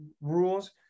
rules